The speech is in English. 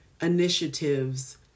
initiatives